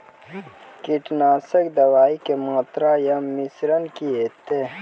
कीटनासक दवाई के मात्रा या मिश्रण की हेते?